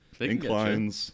inclines